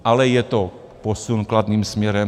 Ale je to posun kladným směrem.